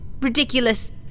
ridiculous